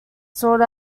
sought